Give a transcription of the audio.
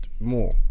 more